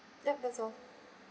ya that's all